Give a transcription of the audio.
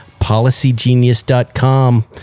Policygenius.com